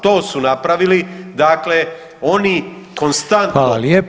To su napravili, dakle oni konstantno